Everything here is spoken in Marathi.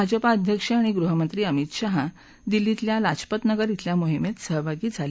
भाजपा अध्यक्ष आणि गृहमंत्री अभित शहा दिल्लीतल्या लाजपत नगर अल्या मोहिमेत सहभागी झाले